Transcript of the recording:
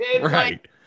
Right